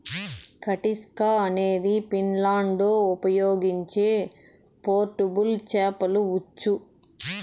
కటిస్కా అనేది ఫిన్లాండ్లో ఉపయోగించే పోర్టబుల్ చేపల ఉచ్చు